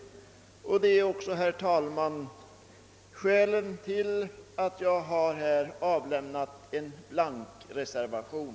Detta är också, herr talman, skälen till att jag i nuvarande läge har avlämnat en blank reservation.